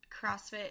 CrossFit